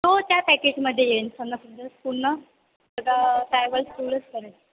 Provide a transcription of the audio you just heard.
तो त्या पॅकेजमध्ये येईल पन्नास हजार पूर्ण सगळं ट्रॅव्हल्स फूलच करेन